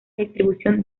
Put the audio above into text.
distribución